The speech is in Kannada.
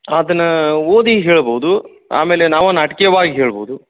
ಅದನ ಓದಿ ಹೇಳ್ಬೌದು ಆಮೇಲೆ ನಾವು ನಾಟ್ಕಿಯವಾಗಿ ಹೇಳ್ಬೌದು